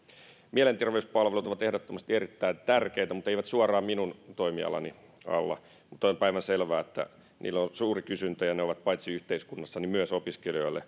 mielenterveyspalvelut ovat ehdottomasti erittäin tärkeitä mutta eivät suoraan minun toimialani alla mutta on päivänselvää että niillä on suuri kysyntä ja ne ovat paitsi yhteiskunnassa myös opiskelijoiden